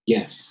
Yes